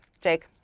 Jake